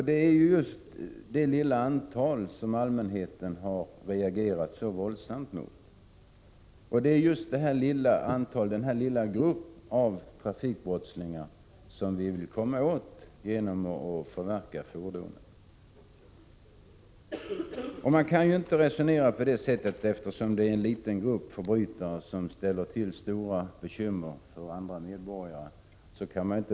Det är just detta lilla antal som allmänheten har reagerat så våldsamt emot, och det är just denna lilla grupp av trafikbrottslingar som vi vill komma åt genom lagreglerna om förverkande av fordon. Man kan inte låta bli att göra någonting bara för att det är en liten grupp förbrytare som ställer till stora bekymmer för andra medborgare.